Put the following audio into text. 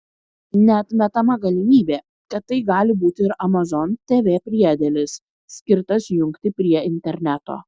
neatmetama galimybė kad tai gali būti ir amazon tv priedėlis skirtas jungti prie interneto